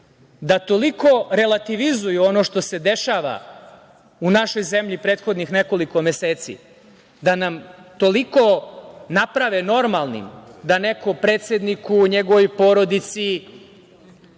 da toliko relativizuju ono što se dešava u našoj zemlji prethodnih nekoliko meseci, da nam toliko naprave normalnim da neko predsedniku, njegovoj porodici,